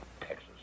Texas